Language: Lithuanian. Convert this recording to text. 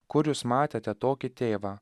kur jūs matėte tokį tėvą